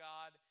God